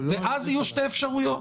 ואז יהיו שתי אפשרויות,